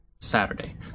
Saturday